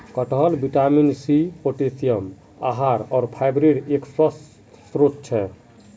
कटहल vitamin C, potassium, आहार फाइबरेर एक स्वस्थ स्रोत छे